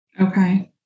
Okay